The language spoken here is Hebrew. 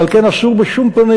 ועל כן אסור בשום פנים,